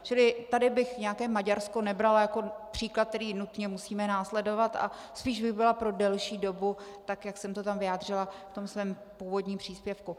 Čili tady bych nějaké Maďarsko nebrala jako příklad, který nutně musíme následovat, a spíš bych byla pro delší dobu, tak jak jsem to vyjádřila ve svém původním příspěvku.